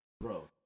Bro